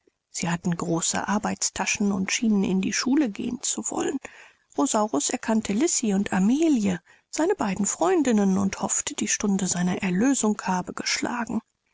sie hatten große arbeitstaschen und schienen in die schule gehen zu wollen rosaurus erkannte lisi und amelie seine beiden freundinnen und hoffte die stunde seiner erlösung habe geschlagen